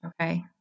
okay